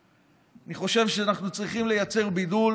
אני חושב שאנחנו צריכים לייצר בידול